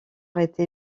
été